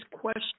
question